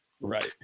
Right